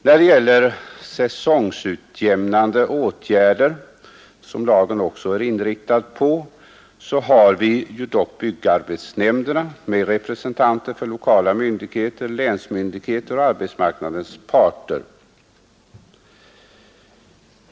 När det gäller säsongutjämnande åtgärder, som lagen också är inriktad på, har vi byggarbetsnämnderna med representanter för lokala myndigheter, länsmyndigheter och arbetsmarknadens parter.